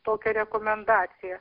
tokią rekomendaciją